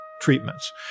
Treatments